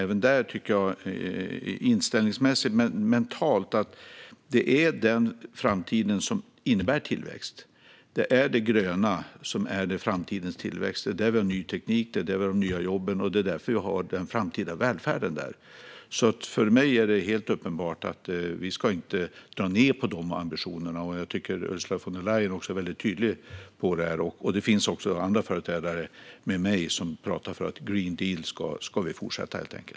Även där är det inställningsmässigt mentalt den framtid som innebär tillväxt. Det är det gröna som är framtidens tillväxt. Det är där vi har ny teknik och de nya jobben. Det är därför vi har den framtida välfärden där. För mig är det helt uppenbart att vi inte ska dra ned på de ambitionerna. Ursula von der Leyen är också väldigt tydligt med det. Det finns också andra företrädare som med mig talar för att vi helt enkelt ska fortsätta med Green Deal.